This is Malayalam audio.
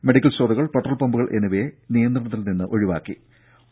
മെഡിക്കൽ സ്റ്റോറുകൾ പെട്രോൾ പമ്പുകൾ എന്നിവയെ നിയന്ത്രണത്തിൽ നിന്ന് ഒഴിവാക്കിയിട്ടുണ്ട്